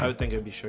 um think i'd be so